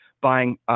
buying